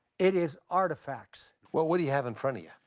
it is artifacts. what what do you have in front of you?